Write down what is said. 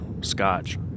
Scotch